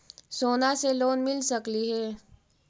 सोना से लोन मिल सकली हे?